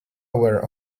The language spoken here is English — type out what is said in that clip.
aware